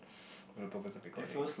for the purpose of recording